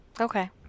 Okay